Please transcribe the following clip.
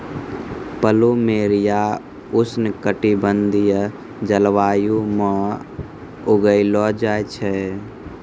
plumeria उष्ण कटिबंधीय जलवायु म उगैलो जाय छै